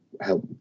help